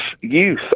youth